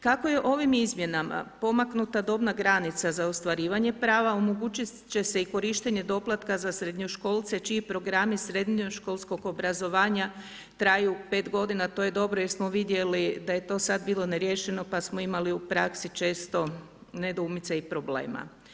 Kako je ovim izmjenama pomaknuta dobna granica za ostvarivanje prava omogućiti će se i korištenje doplatka za srednjoškolce čiji programi srednjoškolskog obrazovanja traju 5 godina, to je dobro jer smo vidjeli da je to sada bilo neriješeno pa smo imali u praksi često nedoumica i problema.